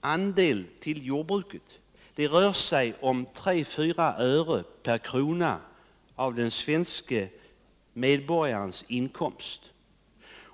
andel av matpriserna rör sig om tre fyra öre per krona av den svenske medborgarens inkomst.